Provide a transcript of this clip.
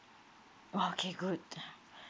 okay good